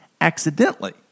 accidentally